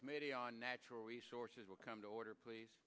committee on natural resources will come to order pl